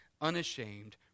unashamed